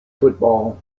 football